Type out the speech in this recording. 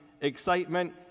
excitement